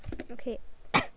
okay